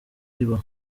iba